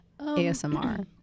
asmr